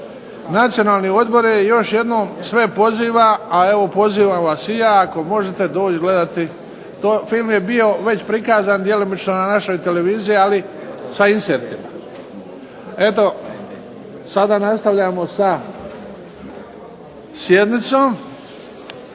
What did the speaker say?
Nacionalni odbor vas još jednom sve poziva, a pozivam vas i ja ako možete doći gledati to, film je bio prikazan već djelomično na našoj televiziji ali sa insertima. **Bebić, Luka (HDZ)** Dame